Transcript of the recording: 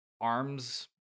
arms